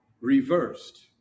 Reversed